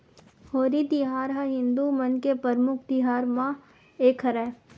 होरी तिहार ह हिदू मन के परमुख तिहार मन म एक हरय